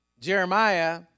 Jeremiah